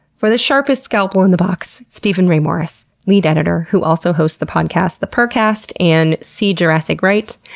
for the sharpest scalpel in the box, steven ray morris, lead editor, who also hosts the podcasts the purrrcast and see jurassic right.